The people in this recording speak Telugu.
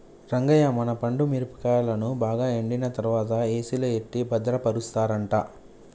రంగయ్య మన పండు మిరపకాయలను బాగా ఎండిన తర్వాత ఏసిలో ఎట్టి భద్రపరుస్తారట